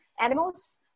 animals